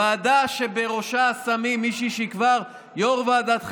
ועדה שבראשה שמים מישהי שהיא כבר יו"ר ועדת חינוך,